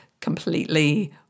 completely